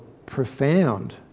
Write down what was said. profound